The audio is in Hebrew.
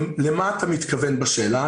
למה אתה מתכוון בשאלה?